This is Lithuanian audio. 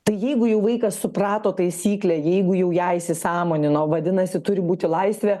tai jeigu jau vaikas suprato taisyklę jeigu jau ją įsisąmonino vadinasi turi būti laisvė